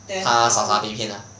他傻傻被骗 ah